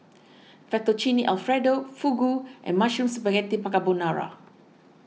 Fettuccine Alfredo Fugu and Mushroom Spaghetti Carbonara